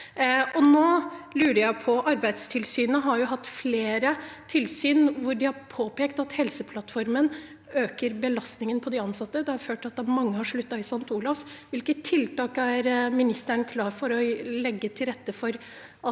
Arbeidstilsynet har hatt flere tilsyn hvor de har påpekt at Helseplattformen øker belastningen på de ansatte. Det har ført til at mange har sluttet på St. Olavs Hospital. Hvilke tiltak er statsråden klar til å legge til rette for